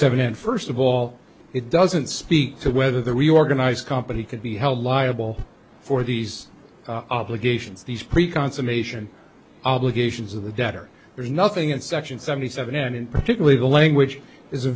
seven and first of all it doesn't speak to whether the reorganized company could be held liable for these obligations these pre con summation obligations of the debtor there's nothing in section seventy seven and in particular the language is a